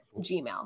gmail